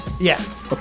Yes